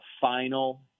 final